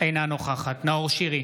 אינה נוכחת נאור שירי,